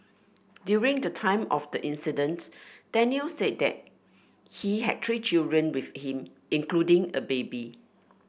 during the time of the incident Daniel say that he had three children with him including a baby